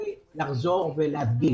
לחזור ולהדגיש